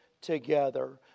together